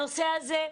הנושא הזה,